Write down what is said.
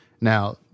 now